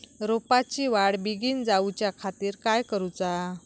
रोपाची वाढ बिगीन जाऊच्या खातीर काय करुचा?